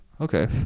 Okay